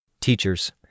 Teachers